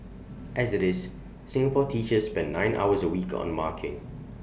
as IT is Singapore teachers spend nine hours A week on marking